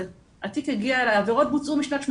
התיק הגיע אלי, העבירות בוצעו משנת ...